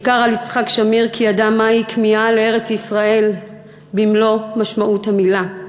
ניכר על יצחק שמיר כי ידע מהי כמיהה לארץ-ישראל במלוא משמעות המילה.